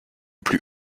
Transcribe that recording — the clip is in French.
plus